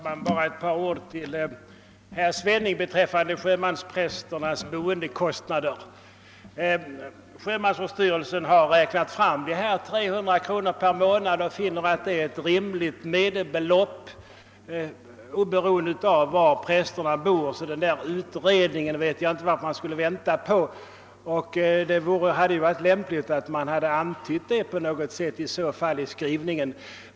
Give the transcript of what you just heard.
Herr talman! Bara några ord till herr Svenning beträffande sjömansprästernas boendekostnader. Sjömansvårdsstyrelsen har räknat fram siffran 300 kronor per månad såsom ett rimligt medelbelopp oberoende av var prästerna är bosatta. Jag förstår därför inte varför man skall behöva avvakta en utredning. Det hade i så fall varit lämpligt att antyda detta på något sätt i utskottets skrivning.